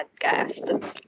podcast